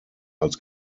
als